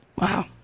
Wow